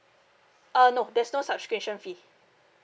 uh no there's no subscription fee